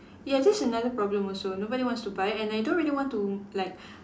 ya that's another problem also nobody wants to buy and I don't really want to like